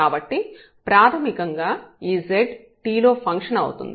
కాబట్టి ప్రాథమికంగా ఈ z t లో ఫంక్షన్ అవుతుంది